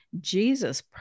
jesus